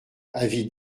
avis